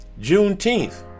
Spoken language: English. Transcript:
Juneteenth